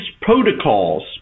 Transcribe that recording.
protocols